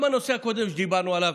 גם בנושא הקודם שדיברנו עליו,